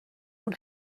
اون